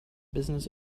business